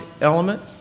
element